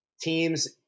teams